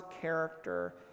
character